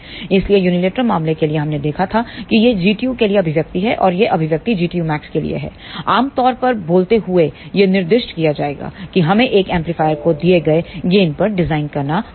इसलिए यूनिलैटरल मामले के लिए हमने देखा था कि यह Gtu के लिए अभिव्यक्ति है और यह अभिव्यक्ति Gtumax के लिए है आम तौर पर बोलते हुए यह निर्दिष्ट किया जाएगा कि हमें एक एम्पलीफायर को दिए गए गेनपर डिजाइन करना होगा